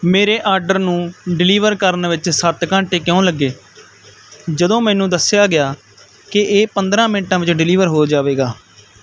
ਮੇਰੇ ਆਰਡਰ ਨੂੰ ਡਿਲੀਵਰ ਕਰਨ ਵਿੱਚ ਸੱਤ ਘੰਟੇ ਕਿਉਂ ਲੱਗੇ ਜਦੋਂ ਮੈਨੂੰ ਦੱਸਿਆ ਗਿਆ ਕਿ ਇਹ ਪੰਦਰਾਂ ਮਿੰਟਾਂ ਵਿੱਚ ਡਿਲੀਵਰ ਹੋ ਜਾਵੇਗਾ